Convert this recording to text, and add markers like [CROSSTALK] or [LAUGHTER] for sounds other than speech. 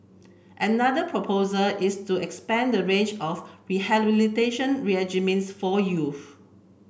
another proposal is to expand the range of rehabilitation regimes for [UNINTELLIGIBLE]